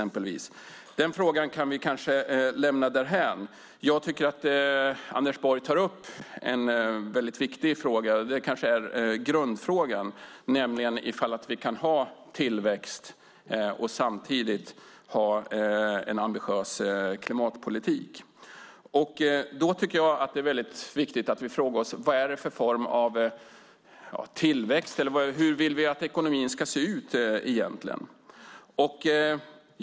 Men den saken kan vi kanske lämna därhän. Anders Borg tar upp en väldigt viktig fråga - kanske grundfrågan - nämligen om vi kan ha tillväxt och samtidigt ha en ambitiös klimatpolitik. Jag menar att det är mycket viktigt att vi frågar oss hur vi egentligen vill att ekonomin ska se ut.